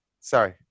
sorry